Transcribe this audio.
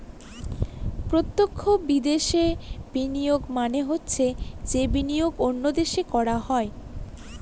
প্রত্যক্ষ বিদেশে বিনিয়োগ মানে হচ্ছে যে বিনিয়োগ অন্য দেশে করা হয়